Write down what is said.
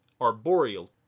arboreal